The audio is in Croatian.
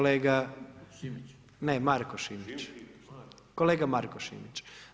Ne Marko Šimić, kolega Marko Šimić.